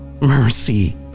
mercy